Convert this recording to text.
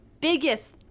biggest